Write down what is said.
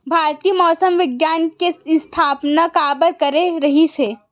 भारती मौसम विज्ञान के स्थापना काबर करे रहीन है?